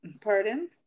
pardon